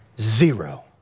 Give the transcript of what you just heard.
Zero